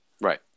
Right